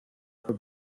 for